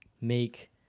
make